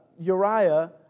Uriah